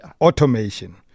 Automation